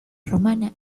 romana